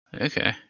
okay